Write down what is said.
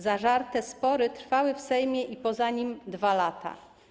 Zażarte spory trwały w Sejmie i poza nim 2 lata.